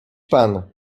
pan